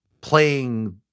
playing